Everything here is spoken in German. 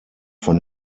von